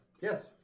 Yes